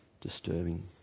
disturbing